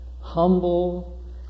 humble